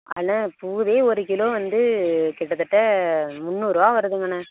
அண்ணே பூவே ஒரு கிலோ வந்து கிட்டத்தட்ட முன்னூறுபா வருதுங்கண்ணே